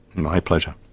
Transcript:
my pleasure.